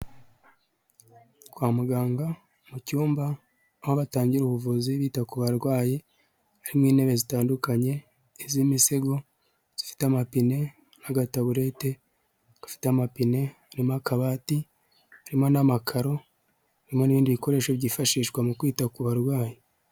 Kwa muganga mu cyumba ,aho batangira ubuvuzi bita ku barwayi, harimo intebe zitandukanye iz'imisego zifite amapine, agataburete gafite amapine ,harimo akabati harimo n'amakaro, harimo n'ibindi bikoresho byifashishwa mu kwita ku barwayi.